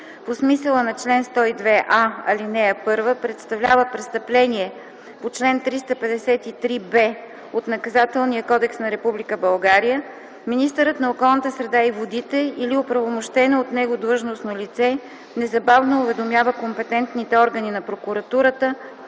по смисъла на чл. 102, ал. 1, представлява престъпление по чл. 353б от Наказателния кодекс на Република България, министърът на околната среда и водите или оправомощено от него длъжностно лице незабавно уведомява компетентните органи на прокуратурата